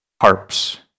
harps